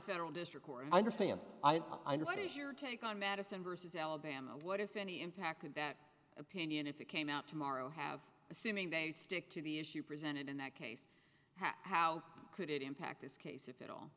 federal district court and i understand i understand is your take on madison versus alabama what if any impact in that opinion if it came out tomorrow have assuming they stick to the issue presented in that case how could it impact this case if at all